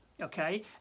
okay